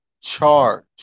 charge